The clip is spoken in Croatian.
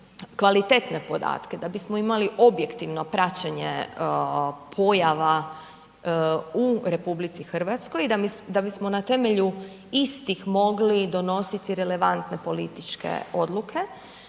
kvalitetne podatke, da bismo imali objektivno praćenje pojava u RH i da bismo na temelju istih mogli donositi relevantne političke odluke,